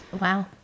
wow